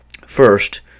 First